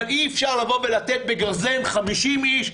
אבל אי אפשר לקבוע בגרזן 50 איש,